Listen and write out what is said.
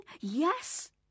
Yes